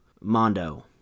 Mondo